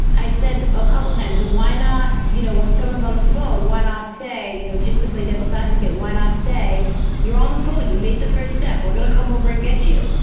i said a couple times, a, why not? you know, when someone's on the phone, why not say, you know, just to play devil's advocate, why not say you're on the phone, you made the first step, we're going to come over and get you,